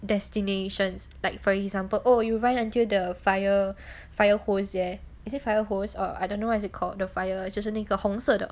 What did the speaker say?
destinations like for example oh you run until the fire fire hose there is it fire hose or I don't know what is it called the fire 就是那个红色的